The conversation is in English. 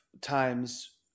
times